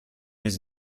his